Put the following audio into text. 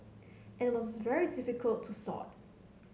and it is very difficult to sort